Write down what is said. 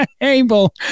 able